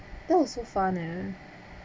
that was so fun eh